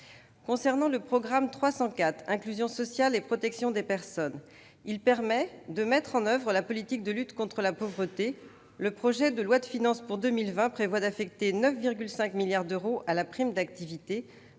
Concernant le programme 304 « Inclusion sociale et protection des personnes », il permet de mettre en oeuvre la politique de lutte contre la pauvreté. Le projet de loi de finances pour 2020 prévoit d'affecter 9,5 milliards d'euros à la prime d'activité,